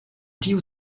tiu